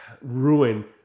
ruin